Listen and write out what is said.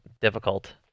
difficult